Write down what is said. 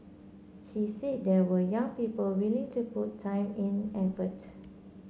he said there were young people willing to put time in effort